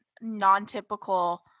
non-typical